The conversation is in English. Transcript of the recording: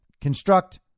construct